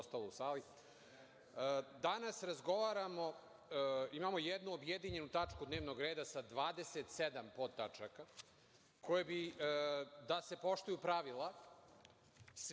u sali, danas razgovaramo, imamo jednu objedinjenu tačku dnevnog reda sa 27 podtačaka, koje bi da se poštuju pravila,